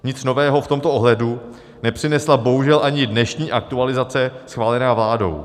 Nic nového v tomto ohledu nepřinesla bohužel ani dnešní aktualizace schválená vládou.